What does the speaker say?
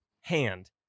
hand